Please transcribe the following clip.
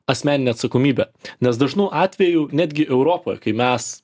asmeninę atsakomybę nes dažnu atveju netgi europoje kai mes